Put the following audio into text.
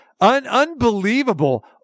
Unbelievable